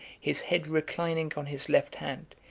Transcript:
his head reclining on his left hand,